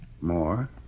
More